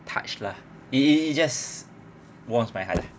touched lah it it just wants my heart